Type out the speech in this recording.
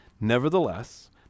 Nevertheless